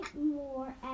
more